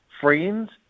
friends